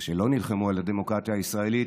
או שלא נלחמו, על הדמוקרטיה הישראלית.